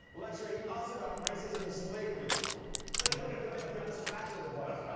lecturing us about racism and slavery. it's like hillary clinton giving us fashion advice